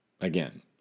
again